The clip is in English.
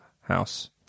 house